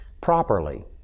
properly